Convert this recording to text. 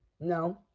No